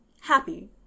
happy